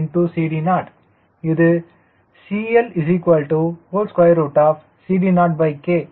இது CLCDOK